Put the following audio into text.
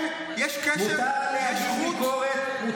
יש קשר, יש חוט --- מותר להגיד ביקורת.